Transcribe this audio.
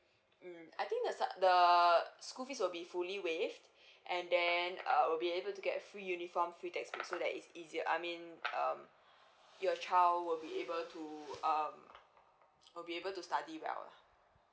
mm I think the start the school fees will be fully waived and then uh we'll be able to get free uniform free textbook so that it's easier I mean um your child will be able to um will be able to study well lah